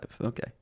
Okay